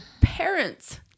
parents